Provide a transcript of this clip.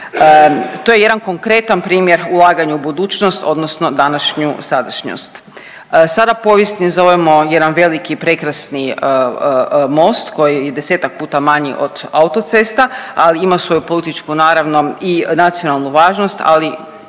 To je jedan konkretan primjer ulaganja u budućnost odnosno današnju sadašnjost. Sada povijesni zovemo jedan veliki prekrasni most koji je i 10-tak puta manji od autocesta, ali ima svoju političku, naravno i nacionalnu važnost, ali